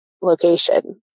location